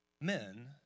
men